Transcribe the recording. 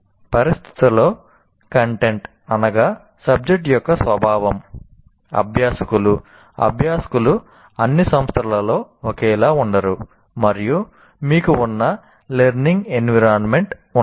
పరిస్థితులలో కంటెంట్ అనగా సబ్జెక్ట్ యొక్క స్వభావం అభ్యాసకులు ఉన్నాయి